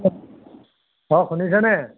অঁ শুনিছেনে